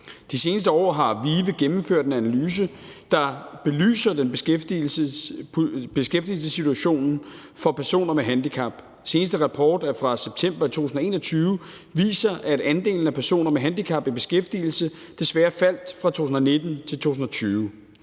De seneste år har VIVE gennemført en analyse, der belyser beskæftigelsessituationen for personer med handicap. Den seneste rapport fra september 2021 viser, at andelen af personer med handicap i beskæftigelse desværre faldt fra 2019 til 2020.